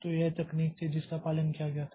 तो यह तकनीक थी जिसका पालन किया गया था